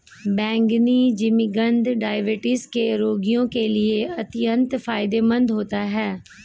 बैंगनी जिमीकंद डायबिटीज के रोगियों के लिए अत्यंत फायदेमंद होता है